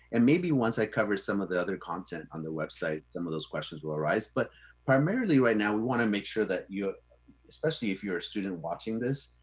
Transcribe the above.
and maybe once i covered some of the other content on the website, some of those questions will arise. but primarily right now, we wanna make sure that, especially, if you're a student watching this,